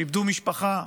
שאיבדו משפחה.